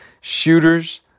shooters